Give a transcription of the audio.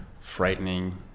frightening